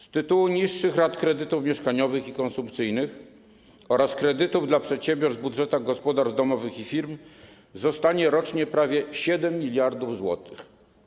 Z tytułu niższych rat kredytów mieszkaniowych i konsumpcyjnych oraz kredytów dla przedsiębiorstw w budżetach gospodarstw domowych i firm zostanie rocznie prawie 7 mld zł.